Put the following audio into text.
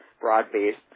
broad-based